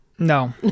No